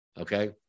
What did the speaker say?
okay